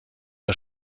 der